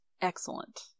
excellent